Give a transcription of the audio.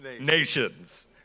nations